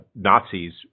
Nazis